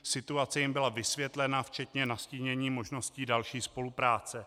Situace jim byla vysvětlena, včetně nastínění možností další spolupráce.